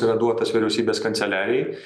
yra duotas vyriausybės kanceliarijai